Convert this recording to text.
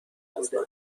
بودم